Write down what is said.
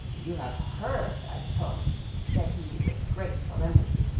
you have heard, i suppose, said he with great solemnity,